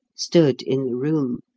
stood in the room.